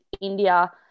India